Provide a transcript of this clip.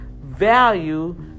value